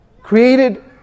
created